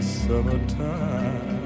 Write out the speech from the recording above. summertime